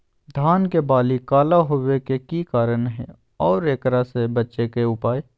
धान के बाली काला होवे के की कारण है और एकरा से बचे के उपाय?